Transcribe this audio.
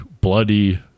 bloody